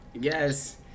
yes